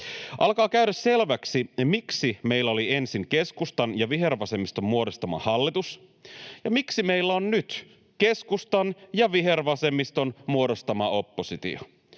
Alkaa käydä selväksi, miksi meillä oli ensin keskustan ja vihervasemmiston muodostama hallitus ja miksi meillä on nyt keskustan ja vihervasemmiston muodostama oppositio.